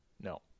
No